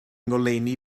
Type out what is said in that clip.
ngoleuni